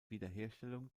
wiederherstellung